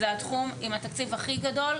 זה התחום עם התקציב הכי גדול,